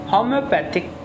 Homeopathic